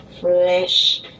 flesh